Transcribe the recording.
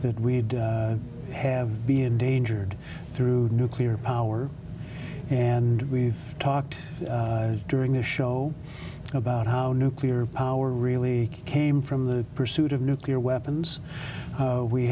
that we have be endangered through nuclear power and we've talked during the show about how nuclear power really came from the pursuit of nuclear weapons